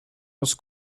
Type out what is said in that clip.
was